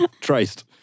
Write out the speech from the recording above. traced